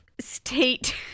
State